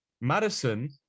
Madison